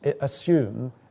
assume